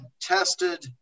tested